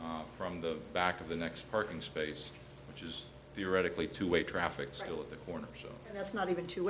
from the back of the next parking space which is theoretically two way traffic school at the corner so that's not even t